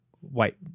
white